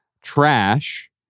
trash